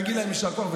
להגיד להם יישר כוח.